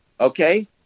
okay